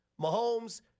Mahomes